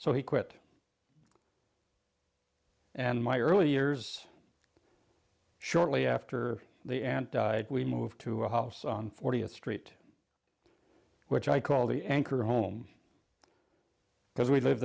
so he quit and my early years shortly after the aunt died we moved to a house on fortieth street which i call the anchor home because we lived